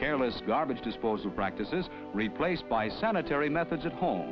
careless garbage disposal practice is replaced by sanitary methods at home